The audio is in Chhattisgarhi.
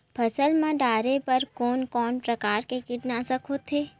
फसल मा डारेबर कोन कौन प्रकार के कीटनाशक होथे?